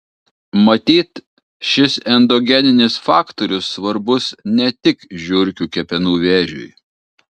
matyt šis endogeninis faktorius svarbus ne tik žiurkių kepenų vėžiui